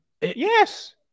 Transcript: Yes